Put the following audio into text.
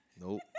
Nope